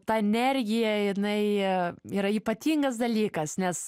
ta energija jinai yra ypatingas dalykas nes